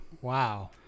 Wow